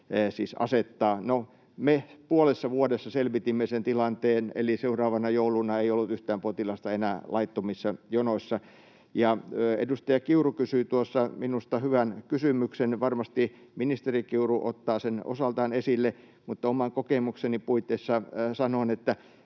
me puolessa vuodessa selvitimme sen tilanteen, eli seuraavana jouluna ei ollut yhtään potilasta enää laittomissa jonoissa. Edustaja Kiuru kysyi tuossa minusta hyvän kysymyksen, ja varmasti ministeri Kiuru ottaa sen osaltaan esille. Oman kokemukseni puitteissa sanon, että